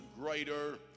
greater